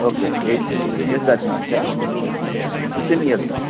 okay eighteen years దాటినుంచా fifteen years